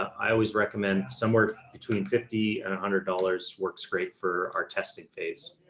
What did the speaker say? i always recommend somewhere between fifty and a hundred dollars works great for our testing phase.